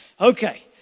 okay